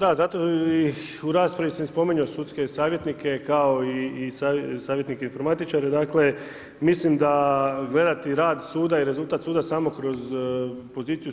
Da, zato i u raspravi sam i spominjao sudske savjetnike kao i savjetnike informatičare, dakle mislim da gledati rad suda i rezultat suda sam kroz poziciju